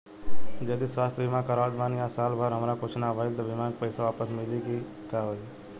जदि स्वास्थ्य बीमा करावत बानी आ साल भर हमरा कुछ ना भइल त बीमा के पईसा वापस मिली की का होई?